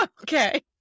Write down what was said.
Okay